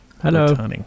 Hello